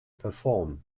perform